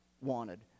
wanted